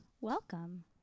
Welcome